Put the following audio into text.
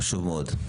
חשוב מאוד.